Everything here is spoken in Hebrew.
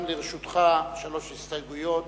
גם לרשותך שלוש הסתייגויות,